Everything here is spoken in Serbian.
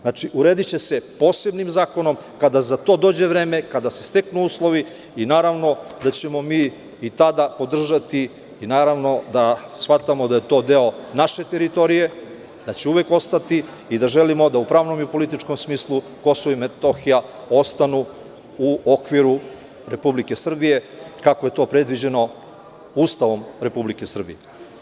Znači, urediće se posebnim zakonom kada za to dođe vreme, kada se steknu uslovi i naravno da ćemo mi i tada podržati, i smatramo da je to deo naše teritorije, da će uvek ostati u tom političkom smislu i pravnom smislu, u okviru Republike Srbije, kako je to predviđeno Ustavom Republike Srbije.